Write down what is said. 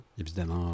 évidemment